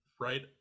right